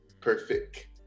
perfect